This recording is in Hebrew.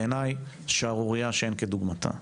בעיניי, שערורייה שאין כדוגמתה.